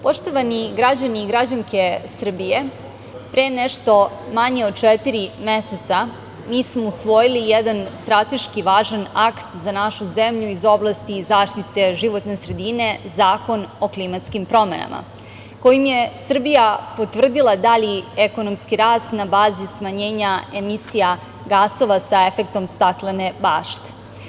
Poštovani građani i građanke Srbije, pre nešto manje od četiri meseca mi smo usvojili jedan strateški važan akt za našu zemlju iz oblasti zaštite životne sredine, Zakon o klimatskim promenama kojim se Srbija potvrdila dalji ekonomski rast na bazi smanjenja emisija gasova sa efektom staklene bašte.